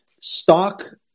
Stock